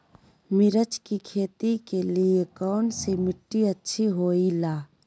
मिर्च की खेती के लिए कौन सी मिट्टी अच्छी होईला?